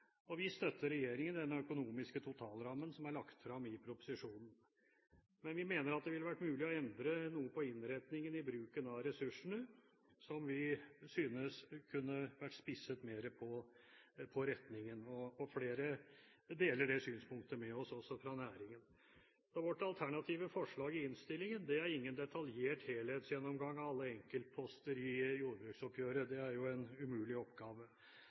proposisjon. Vi støtter regjeringen i den økonomiske totalrammen som er lagt frem i proposisjonen. Men vi mener at det ville vært mulig å endre noe på innretningen av bruken av ressursene, som vi synes kunne vært spisset mer. Flere fra næringen deler det synspunktet med oss. Vårt alternative forslag i innstillingen er ingen detaljert helhetsgjennomgang av alle enkeltposter i jordbruksoppgjøret. Det er jo en umulig oppgave.